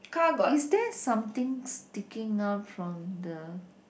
is there something sticking out from the